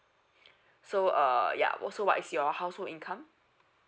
so uh ya also what is your household income